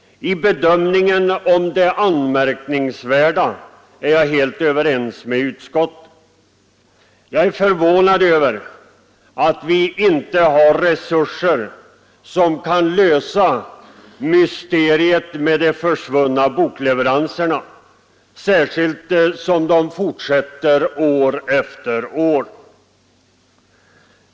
I bedömningen av det anmärkningsvärda är jag helt överens med utskottet. Jag är förvånad över att vi inte har resurser som kan lösa ”mysteriet med de försvunna bokleveranserna”, särskilt som de fortsätter år efter år.